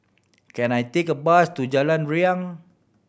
can I take a bus to Jalan Riang